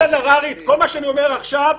כל מה שאני אמרתי עכשיו.